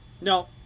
No